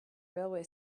railway